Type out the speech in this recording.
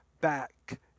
back